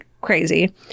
crazy